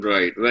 Right